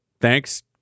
thanks